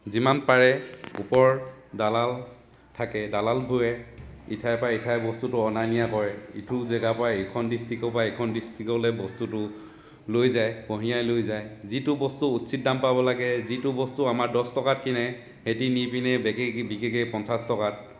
যিমান পাৰে ওপৰৰ দালাল থাকে দালালবোৰে ইঠাইৰ পৰা সিঠাইৰ বস্তুটো অনা নিয়া কৰে ইটো জেগাৰ পৰা এইখন ডিষ্ট্ৰিকৰ পৰা এইখন ডিষ্ট্ৰিকলৈ বস্তুটো লৈ যায় কঢ়িয়াই লৈ যায় যিটো বস্তু উচিত দাম পাব লাগে যিটো বস্তু আমাৰ দহ টকাত কিনে সেইটো নি পিনে বেকেগে বিকেগে পঞ্চাছ টকাত